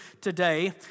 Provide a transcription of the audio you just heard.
today